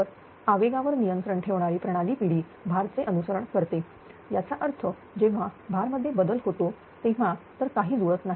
तर आवेगा वर नियंत्रण ठेवणारी प्रणाली पिढी भार चे अनुसरण करते याचा अर्थ जेव्हा भार मध्ये बदल होतो तेव्हा तर काही जुळत नाही